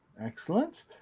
Excellent